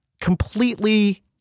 completely